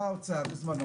בא האוצר בזמנו,